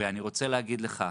אני רוצה להגיד לך,